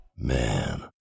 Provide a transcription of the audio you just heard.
Man